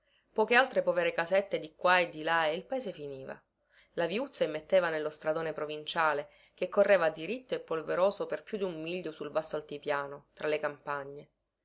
poche altre povere casette di qua e di là e il paese finiva la viuzza immetteva nello stradone provinciale che correva diritto e polveroso per più dun miglio sul vasto altipiano tra le campagne